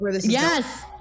yes